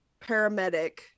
paramedic